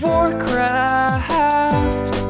Warcraft